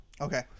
Okay